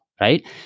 right